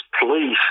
please